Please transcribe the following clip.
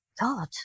God